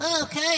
Okay